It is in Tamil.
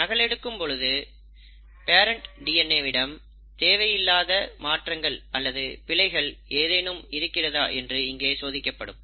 நகல் எடுக்கும் பொழுது பேரெண்ட் டிஎன்ஏ விடம் தேவையில்லாத மாற்றங்கள் அல்லது பிழைகள் ஏதேனும் இருக்கிறதா என்று இங்கே சோதிக்கப்படும்